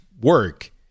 work